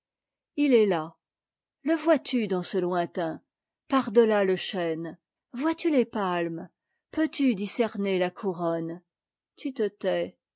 h est ta le vois-tu dans ce lointain par detà le chêne vois-tu les palmes peux tu discerner la couronne tu te tais